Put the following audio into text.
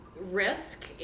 risk